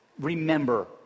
remember